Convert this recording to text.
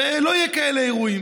ולא יהיו כאלה אירועים.